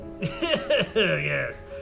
Yes